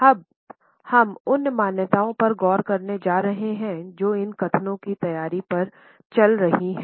अब हम उन मान्यताओं पर गौर करने जा रहे हैं जो इन कथनों की तैयारी पर चल रही हैं